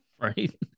Right